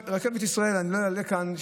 אני לא אלאה כאן.